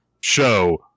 show